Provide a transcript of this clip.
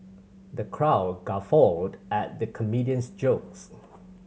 the crowd guffawed at the comedian's jokes